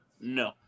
No